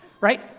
Right